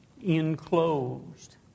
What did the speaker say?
enclosed